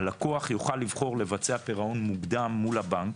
הלקוח יוכל לבחור לבצע פירעון מוקדם מול הבנק,